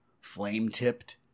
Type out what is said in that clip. Flame-tipped